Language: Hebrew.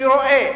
שרואה